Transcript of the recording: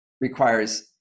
requires